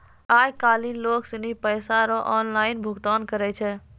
आय काइल लोग सनी पैसा रो ऑनलाइन भुगतान करै छै